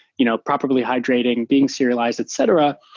you know probably hydrating, being serialized, etc,